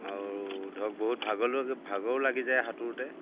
আৰু ধৰক বহুত ভাগলৈ ভাগৰো লাগি যায় সাঁতোৰোতে